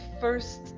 first